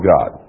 God